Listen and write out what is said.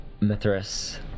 Mithras